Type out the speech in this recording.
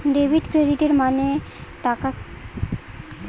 Debit ক্রেডিটের মানে টা কি?